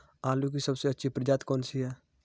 आलू की सबसे अच्छी प्रजाति कौन सी है?